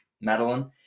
Madeline